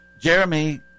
Jeremy